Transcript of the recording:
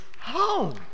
home